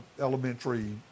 elementary